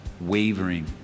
wavering